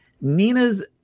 Nina's